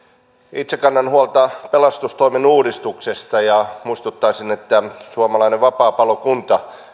itse kannan huolta pelastustoimen uudistuksesta ja muistuttaisin että suomalainen vapaapalokunta